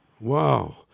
Wow